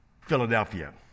Philadelphia